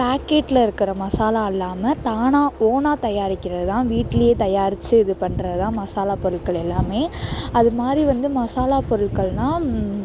பாக்கெட்ல இருக்கிற மசாலா இல்லாமல் தானாக ஓனாக தயாரிக்கிறதுதான் வீட்டிலயே தயாரித்து இது பண்ணுறதுதான் மசாலா பொருட்கள் எல்லாமே அதுமாதிரி வந்து மசாலா பொருள்கள்னால்